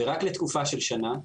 ורק לתקופה של שנה.